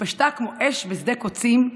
התפשטה כמו אש בשדה קוצים,